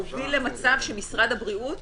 זה הוביל למצב שמשרד הבריאות